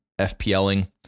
FPLing